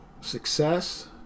success